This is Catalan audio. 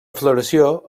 floració